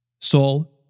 Saul